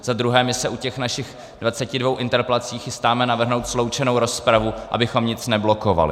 Za druhé, my se u těch našich 22 interpelací chystáme navrhnout sloučenou rozpravu, abychom nic neblokovali.